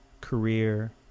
career